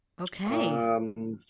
Okay